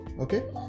okay